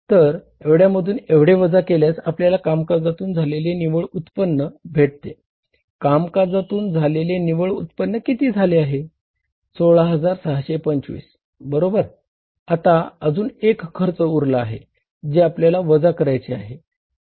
तर एवढ्यामधून एवढे वजा केल्यास आपल्याला कामकाजातून झालेले निव्वळ उत्पन्न वजा करावे लागेल